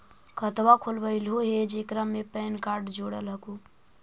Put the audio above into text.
खातवा खोलवैलहो हे जेकरा मे पैन कार्ड जोड़ल हको?